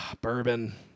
Bourbon